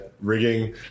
rigging